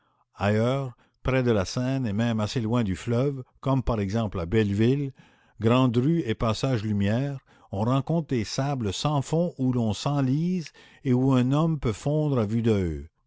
ailleurs près de la seine et même assez loin du fleuve comme par exemple à belleville grande-rue et passage lumière on rencontre des sables sans fond où l'on s'enlise et où un homme peut fondre à vue d'oeil